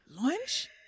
lunch